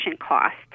cost